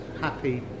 happy